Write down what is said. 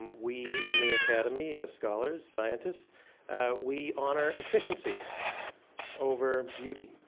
we in the academy as scholars, scientists we honor efficiency over beauty,